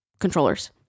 controllers